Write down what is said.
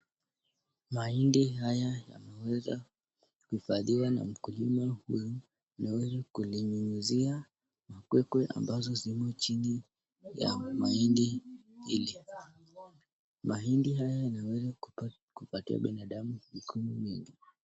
Mahindi haya yameweza kuhifadhiwa na mkulima huyu ameweza kulinyunyuzia makwekwe ambazo zimo chini ya mahindi hili. Mahindi haya yanaweza kupatia binadamu chakula mingi